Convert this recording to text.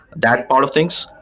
that part of things.